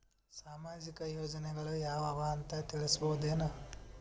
ಸಾಮಾಜಿಕ ಯೋಜನೆಗಳು ಯಾವ ಅವ ಅಂತ ತಿಳಸಬಹುದೇನು?